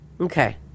Okay